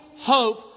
hope